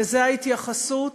והוא ההתייחסות